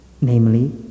Namely